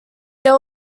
these